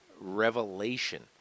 revelation